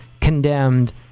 condemned